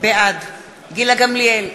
בעד גילה גמליאל,